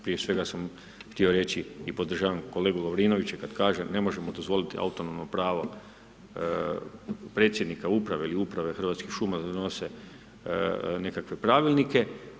Prije svega sam htio reći i podržavam kolegu Lovrinovića kada kaže ne možemo dozvoliti autonomno pravo predsjednika uprave ili uprave Hrvatskih šuma da donose nekakve pravilnike.